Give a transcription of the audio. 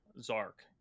Zark